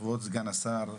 כבוד סגן השרה,